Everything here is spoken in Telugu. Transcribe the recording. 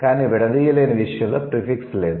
కానీ విడదీయలేని విషయంలో ప్రీఫిక్స్ లేదు